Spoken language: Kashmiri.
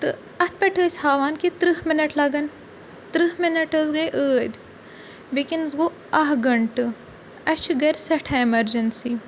تہٕ اَتھ پٮ۪ٹھ ٲسۍ ہاوان کہِ تٕرٛہ مِنَٹ لَگَن تٕرٛہ مِنَٹ حظ گٔے ٲدۍ وٕنکٮ۪نَس گوٚو اَکھ گَنٹہٕ اَسہِ چھِ گَرِ سٮ۪ٹھاہ ایٚمَرجَنسی